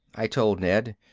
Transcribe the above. i told ned.